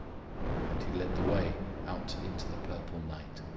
and he led the way out into the purple night.